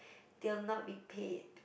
they'll not be paid